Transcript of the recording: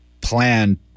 plan